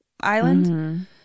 island